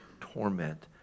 torment